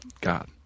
God